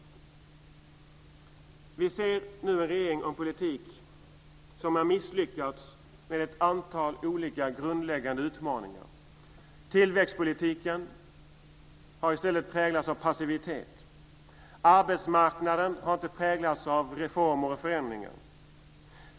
Vi ser nu en regering och en politik som har misslyckats med ett antal olika grundläggande utmaningar. Tillväxtpolitiken har i stället präglats av passivitet. Arbetsmarknaden har inte präglats av reformer och förändringar.